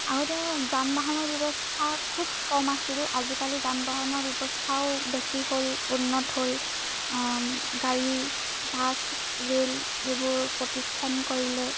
আগতে যান বাহনৰ ব্যৱস্থা খুব কম আছিল আজিকালি যান বাহনৰ ব্যৱস্থাও বেছি হ'ল উন্নত হ'ল গাড়ী বাছ ৰেল এইবোৰ প্ৰতিষ্ঠা কৰিলে